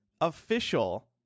official